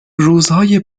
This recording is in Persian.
روزهای